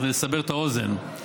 זה לסבר את האוזן.